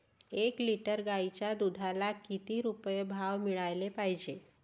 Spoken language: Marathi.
एक लिटर गाईच्या दुधाला किती रुपये भाव मिळायले पाहिजे?